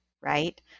right